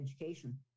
education